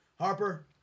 Harper